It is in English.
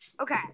Okay